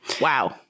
Wow